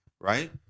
right